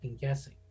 guessing